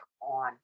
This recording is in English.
on